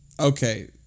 okay